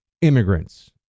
immigrants